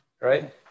right